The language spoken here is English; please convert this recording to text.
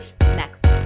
next